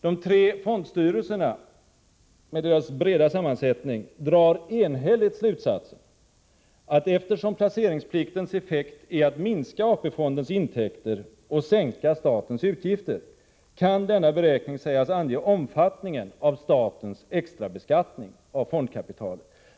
De tre fondstyrelserna — med deras breda sammansättning — drar enhälligt slutsatsen att denna beräkning kan sägas ange omfattningen av statens extra beskattning av fondkapitalet, eftersom placeringspliktens effekt är att minska AP-fondens intäkter och sänka statens utgifter.